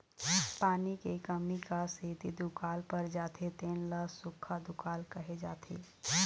पानी के कमी क सेती दुकाल पर जाथे तेन ल सुक्खा दुकाल कहे जाथे